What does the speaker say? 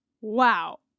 Wow